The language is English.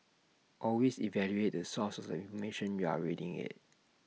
always evaluate the source of the information you're reading IT